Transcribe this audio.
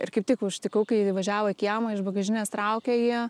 ir kaip tik užtikau kai įvažiavo į kiemą iš bagažinės traukia jį